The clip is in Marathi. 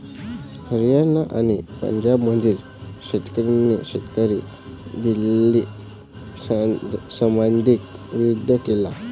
हरियाणा आणि पंजाबमधील शेतकऱ्यांनी शेतकरी बिलला सर्वाधिक विरोध केला